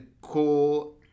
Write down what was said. cool